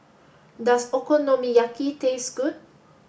does Okonomiyaki taste good